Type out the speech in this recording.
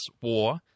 War